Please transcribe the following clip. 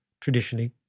traditionally